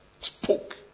Spoke